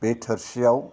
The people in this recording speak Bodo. बे थोरसियाव